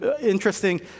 interesting